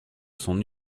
son